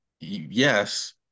yes